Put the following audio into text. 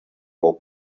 old